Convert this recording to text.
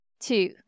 Two